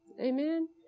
Amen